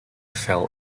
fell